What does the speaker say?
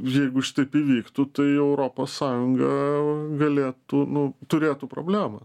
jeigu šitaip įvyktų tai europos sąjunga galėtų nu turėtų problemą